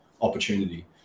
opportunity